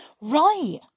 Right